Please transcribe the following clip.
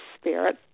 spirit